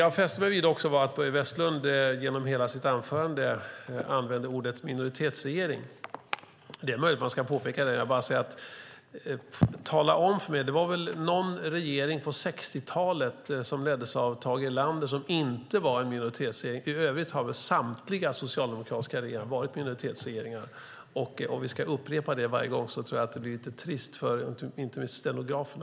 Jag fäste mig vid att Börje Vestlund genom hela sitt anförande använde ordet minoritetsregering. Det är möjligt att man ska påpeka det. Men det var väl någon regering på 60-talet som leddes av Tage Erlander som inte var en minoritetsregering. I övrigt har väl samtliga socialdemokratiska regeringar varit minoritetsregeringar. Om vi ska upprepa det varje gång tror jag att det blir lite trist, inte minst för stenograferna.